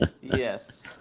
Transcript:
yes